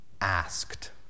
asked